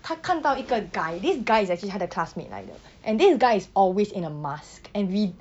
他看到一个 guy this guy is actually 他的 classmate 来的 and this guy is always in a mask and we